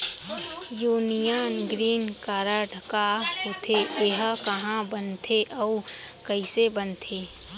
Union green card का होथे, एहा कहाँ बनथे अऊ कइसे बनथे?